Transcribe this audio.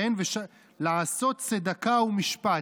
לעשות צדקה ומשפט".